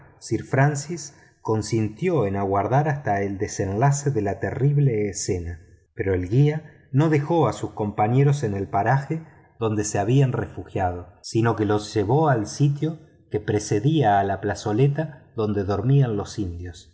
sir francis consintió en aguardar hasta el desenlace de tan terrible escena pero el guía no dejó a sus compañeros en el paraje donde se habían refugiado sino que los llevó al sitio que precedía a la plazoleta donde dormían los indios